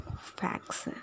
facts